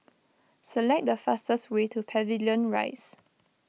select the fastest way to Pavilion Rise